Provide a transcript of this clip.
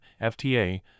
FTA